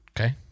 Okay